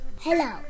Hello